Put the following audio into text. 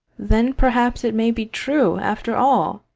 then perhaps it may be true, after all,